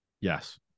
Yes